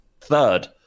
third